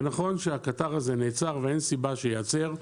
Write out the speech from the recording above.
ונכון שהקטר הזה נעצר, ואין סיבה שייעצר,